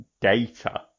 data